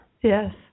Yes